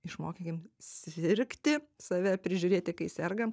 išmokykim sirgti save prižiūrėti kai sergam